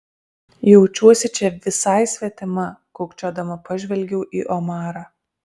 jaučiuosi čia visai svetima kukčiodama pažvelgiau į omarą